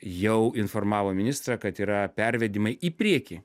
jau informavo ministrą kad yra pervedimai į priekį